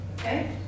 Okay